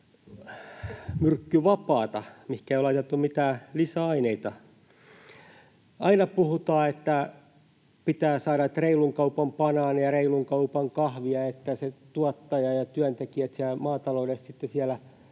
myrkkyvapaata, mihinkä ei ole laitettu mitään lisäaineita? Aina puhutaan, että pitää saada reilun kaupan banaania, reilun kaupan kahvia, että se tuottaja ja ne työntekijät siellä maataloudessa sitten siellä